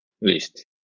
list